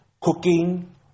cooking